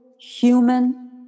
human